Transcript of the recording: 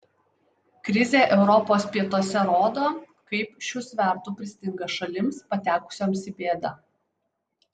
krizė europos pietuose rodo kaip šių svertų pristinga šalims patekusioms į bėdą